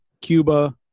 Cuba